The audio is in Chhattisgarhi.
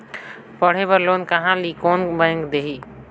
पढ़े बर लोन कहा ली? कोन बैंक देही?